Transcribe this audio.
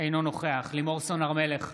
אינו נוכח לימור סון הר מלך,